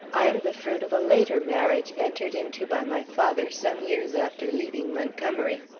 i am the fruit of a later marriage, entered into by my father some years after leaving montgomery.